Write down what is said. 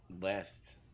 last